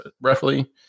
roughly